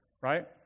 right